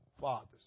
fathers